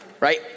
right